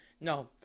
No